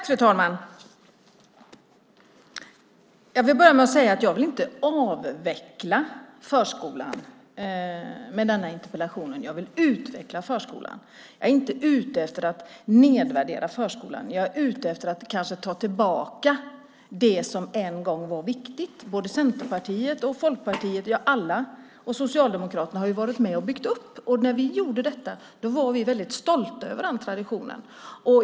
Fru talman! Jag vill börja med att säga att jag med denna interpellation inte vill avveckla förskolan, jag vill utveckla förskolan. Jag är inte ute efter att nedvärdera förskolan. Jag är ute efter att kanske ta tillbaka det som en gång var viktigt. Centerpartiet, Folkpartiet och Socialdemokraterna har alla varit med och byggt upp förskolan. När vi gjorde detta var vi väldigt stolta över den traditionen.